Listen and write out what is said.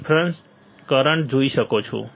different current જોઈ શકો છો